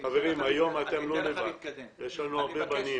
חברים, היום אתם לא לבד, יש לנו הרבה בנים